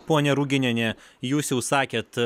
ponia ruginiene jūs jau sakėt